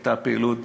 הייתה פעילות